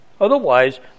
Otherwise